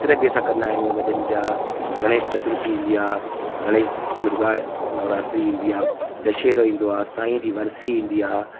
पितृ बि असा कंदा आहियूं वॾनि जा गणेश गणेश दुर्गा नवरात्रि ईंदी आहे दशहरो ईंदो आहे साईंअ जी वरसी ईंदी आहे